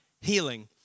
healing